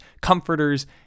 comforters